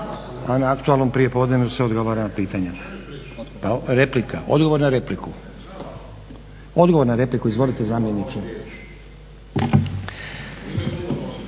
a na aktualnom prijepodnevu se odgovara na pitanja. Odgovor na repliku. Izvolite zamjeniče.